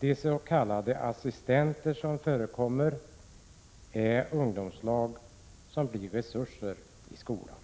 De s.k. assistenter som förekommer är ungdomslag som blir resurser i skolan.